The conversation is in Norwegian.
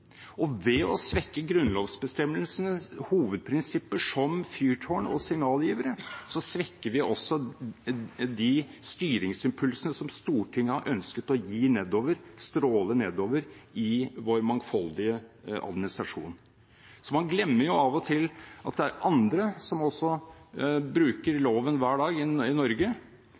Ved å svekke grunnlovsbestemmelsenes hovedprinsipper som fyrtårn og signalgivere svekker man også de styringsimpulsene som Stortinget har ønsket å gi nedover – stråle nedover – i vår mangfoldige administrasjon. Man glemmer av og til at det er andre i Norge som også bruker loven hver dag.